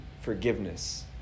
forgiveness